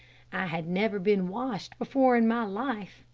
i had never been washed before in my life,